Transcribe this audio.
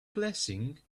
blessing